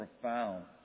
profound